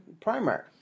primary